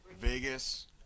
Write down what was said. Vegas